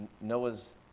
Noah's